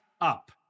up